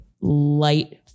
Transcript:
light